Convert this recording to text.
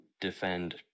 defend